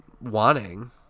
wanting